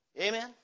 Amen